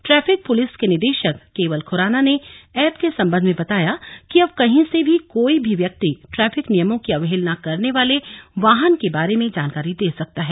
traffic police के निदेशक केवल खुराना ने ऐप के संबंध में बताया कि अब कहीं से भी कोई भी व्यक्ति ट्रैफिक नियमों की अवहेलना करने वाले वाहन के बारे में जानकारी दे सकता है